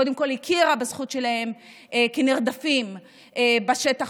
וקודם כול מכיר בזכות שלהם כנרדפים בשטח